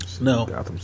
No